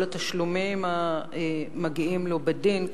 כל התשלומים המגיעים לו בדין,